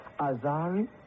Azari